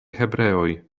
hebreoj